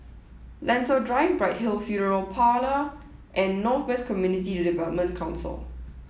Lentor Drive Bright Hill Funeral Parlour and North West Community Development Council